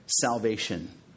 salvation